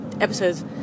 episodes